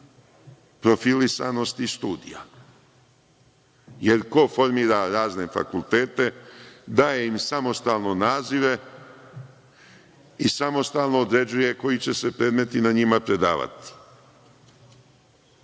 profilisanosti studija, jer ko formira razne fakultete, daje im samostalne nazive, i samostalno određuje koji će se predmeti na njima predavati.